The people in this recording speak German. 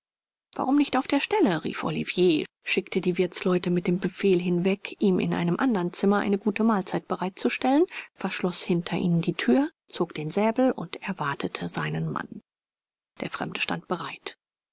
warum nicht hier auf der stelle rief olivier schickte die wirtsleute mit dem befehl hinweg ihm in einem andern zimmer eine gute mahlzeit bereit zu stellen verschloß hinter ihnen die thür zog den säbel und erwartete seinen mann der fremde stand bereit